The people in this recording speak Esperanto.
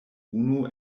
unu